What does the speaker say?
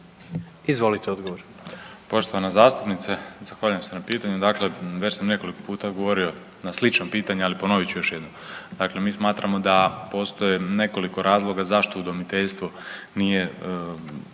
Josip (HDZ)** Poštovana zastupnice zahvaljujem se na pitanju. Dakle, već sam nekoliko puta govorio na slično pitanja, ali ponovit ću još jednom. Dakle, mi smatramo da postoji nekoliko razloga zašto udomiteljstvo nije